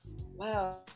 wow